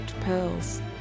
pearls